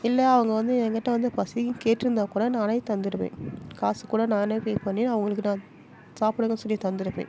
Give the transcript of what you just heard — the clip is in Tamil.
இல்லை அவங்க வந்து எங்கிட்ட வந்து பசின்னு கேட்டுருந்தா கூட நானே தந்துடுவேன் காசுக்கூட நானே பே பண்ணி அவங்களுக்கு நான் சாப்பிடுங்கன்னு சொல்லி தந்திருப்பேன்